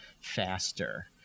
faster